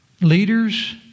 Leaders